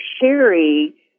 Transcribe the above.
Sherry